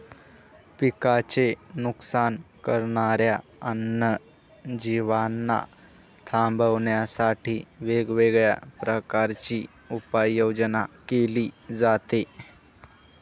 पिकांचे नुकसान करणाऱ्या अन्य जीवांना थांबवण्यासाठी वेगवेगळ्या प्रकारची उपाययोजना केली जाते